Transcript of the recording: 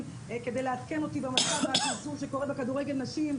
כדי לעדכן אותי במצב העגום שקורה בכדורגל נשים,